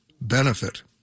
benefit